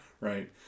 Right